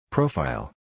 Profile